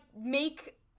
make